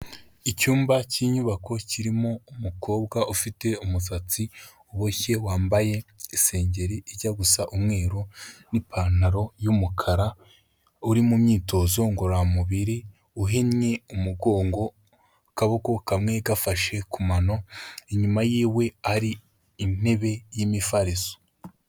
Icyumba cy'inyubako kirimo umukobwa ufite umusatsi uboshye, wambaye isengeri ijya gusa umweru n'ipantaro y'umukara uri mu myitozo ngororamubiri, uhinnye umugongo, akaboko kamwe gafashe ku mano, inyuma yiwe ari intebe y'imifariso.